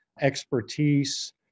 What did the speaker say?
expertise